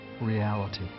reality